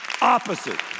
Opposite